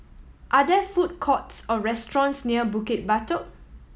are there food courts or restaurants near Bukit Batok